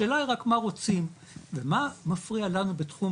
השאלה רק מה רוצים ומה מפריע לנו בתחום